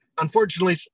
unfortunately